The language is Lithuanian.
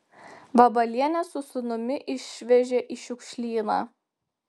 vabalienę su sūnumi išvežė į šiukšlyną